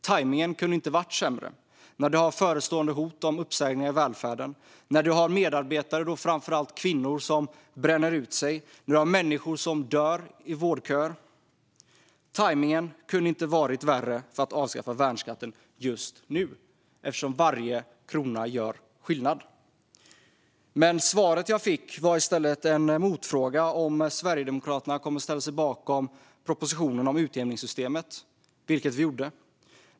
Tajmningen kunde inte ha varit sämre, när vi har förestående hot om uppsägningar i välfärden, när vi har medarbetare och då framför allt kvinnor som bränner ut sig och när vi har människor som dör i vårdköer. Tajmningen kunde inte ha varit sämre för att avskaffa värnskatten. Varje krona gör skillnad. Jag fick inget svar utan i stället en motfråga om Sverigedemokraterna skulle komma att ställa sig bakom propositionen om utjämningsystemet, vilket vi gjorde.